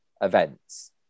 events